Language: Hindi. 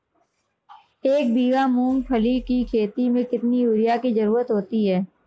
एक बीघा मूंगफली की खेती में कितनी यूरिया की ज़रुरत होती है?